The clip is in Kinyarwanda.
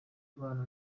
arwana